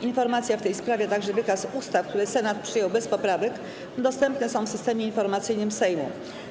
Informacja w tej sprawie, a także wykaz ustaw, które Senat przyjął bez poprawek, dostępne są w Systemie Informacyjnym Sejmu.